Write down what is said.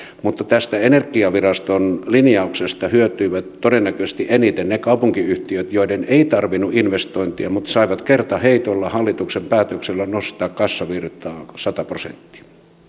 mutta tästä energiaviraston linjauksesta hyötyivät todennäköisesti eniten ne kaupunkiyhtiöt joiden ei tarvinnut investoida mutta jotka saivat kertaheitolla hallituksen päätöksellä nostaa voittoa sata prosenttia